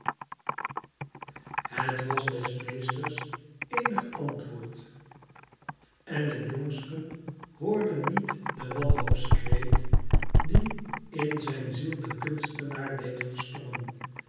het was des meesters eenig andwoord en t jongsken hoorde niet den wanhoopskreet dien in zijn ziel de kunstnaar deed verstommen